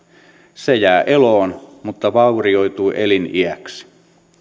se jää eloon mutta vaurioituu eliniäksi